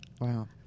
Wow